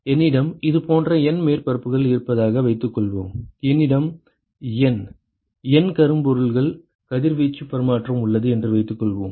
என்னிடம் இது போன்ற N மேற்பரப்புகள் இருப்பதாக வைத்துக் கொள்வோம் என்னிடம் N N கரும்பொருள் கதிர்வீச்சு பரிமாற்றம் உள்ளது என்று வைத்துக்கொள்வோம்